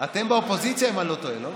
אתם באופוזיציה, אם אני לא טועה, לא?